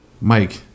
Mike